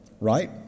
right